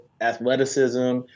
athleticism